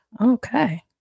Okay